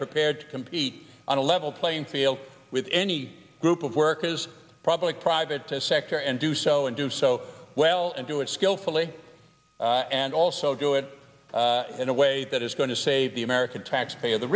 prepared to compete on a level playing field with any group of work is probably the private sector and do so and do so well and do it skillfully and also do it in a way that is going to save the american taxpayer the